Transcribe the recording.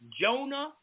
Jonah